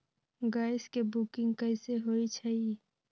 Gas के booking कैसे होईछई?